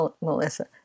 Melissa